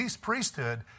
priesthood